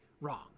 wrong